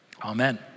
amen